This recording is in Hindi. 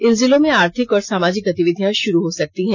इन जिलों में आर्थिक और सामाजिक गतिविधियां षुरू हो सकती है